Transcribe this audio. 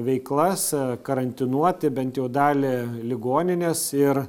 veiklas karantinuoti bent jau dalį ligoninės ir